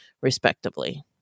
respectively